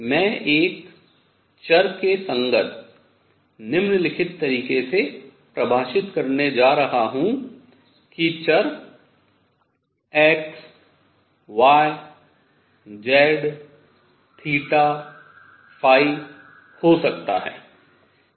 मैं एक चर के संगत निम्नलिखित तरीके से परिभाषित करने जा रहा हूँ कि चर x y z θ ϕ हो सकता है